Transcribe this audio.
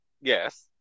Yes